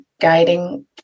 guiding